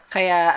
Kaya